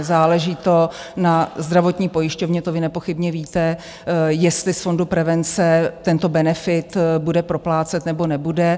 Záleží to na zdravotní pojišťovně, to vy nepochybně víte, jestli z fondu prevence tento benefit bude proplácet nebo nebude.